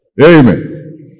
Amen